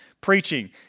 preaching